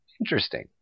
Interesting